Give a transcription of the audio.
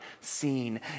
seen